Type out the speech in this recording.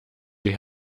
sie